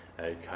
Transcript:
okay